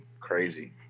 Crazy